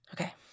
Okay